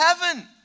heaven